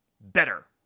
better